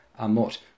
amot